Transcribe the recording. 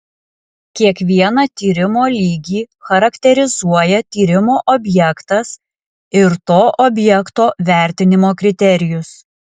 kiekvieną tyrimo lygį charakterizuoja tyrimo objektas ir to objekto vertinimo kriterijus